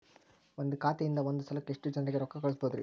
ಒಂದ್ ಖಾತೆಯಿಂದ, ಒಂದ್ ಸಲಕ್ಕ ಎಷ್ಟ ಜನರಿಗೆ ರೊಕ್ಕ ಕಳಸಬಹುದ್ರಿ?